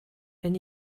wenn